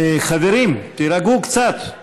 חברים, תירגעו קצת,